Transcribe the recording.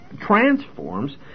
transforms